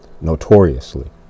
notoriously